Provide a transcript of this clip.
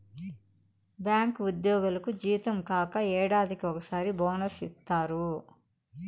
bank ఉద్యోగులకు జీతం కాక ఏడాదికి ఒకసారి బోనస్ ఇత్తారు